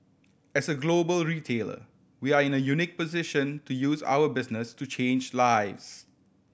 as a global retailer we are in a unique position to use our business to change lives